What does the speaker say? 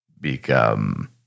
Become